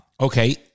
okay